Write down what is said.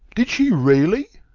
did she really?